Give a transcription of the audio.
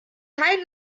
kein